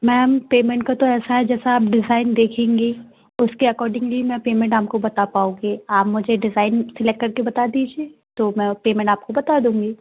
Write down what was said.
ma'am payment का तो ऐसा है जैसा आप डिज़ाइन देखेंगी उसके अकोडिंगली मैं पेमेंट आपको बता पाऊँगी आप मुझे डिज़ाइन सेलेक्ट करके बता दीजिए तो मैं पेमेंट आपको बता दूँगी